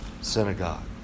synagogue